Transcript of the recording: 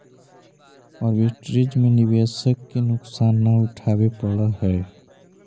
arbitrage में निवेशक के नुकसान न उठावे पड़ऽ है